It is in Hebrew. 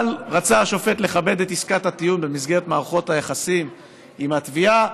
אבל השופט רצה לכבד את עסקת הטיעון במסגרת מערכות היחסים עם התביעה,